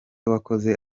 wakoze